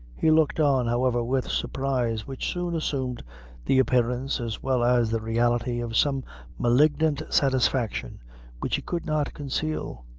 he looked on, however, with' surprise, which soon assumed the appearance, as well as the reality, of some malignant satisfaction which he could not conceal.